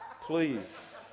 Please